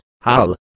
Hal